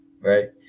right